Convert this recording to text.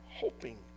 hoping